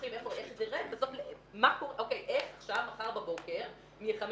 וויכוחים ואני שואלת איך אפשר מחר בבוקר להילחם